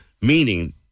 meaning